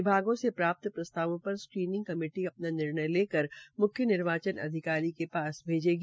विभागों से प्राप्त प्रस्तावों पर स्क्रीनिंग कमेटी अपना निर्णय लेकर मुख्य निर्वाचन अधिकारी के पास भेजेंगी